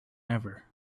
ever